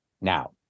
Now